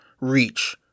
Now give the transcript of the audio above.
reach